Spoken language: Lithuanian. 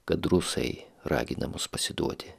kad rusai ragina mus pasiduoti